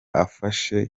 afashe